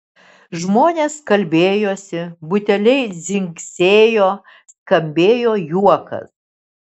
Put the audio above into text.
žmonės kalbėjosi buteliai dzingsėjo skambėjo juokas